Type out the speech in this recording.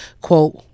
quote